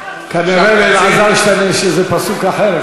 כנראה לאלעזר שטרן יש איזה פסוק אחר,